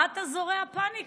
מה את זורע פניקה?